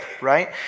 right